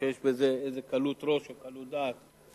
שיש בזה איזו קלות ראש או קלות דעת.